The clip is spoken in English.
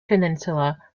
peninsula